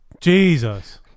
Jesus